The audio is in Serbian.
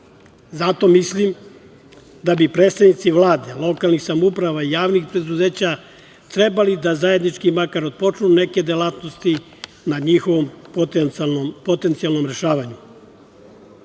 Zato, mislim da bi predstavnici Vlade, lokalnih samouprava i javnih preduzeća trebali da zajednički makar otpočnu neku delatnosti na njihovom potencijalnom rešavanju. Pored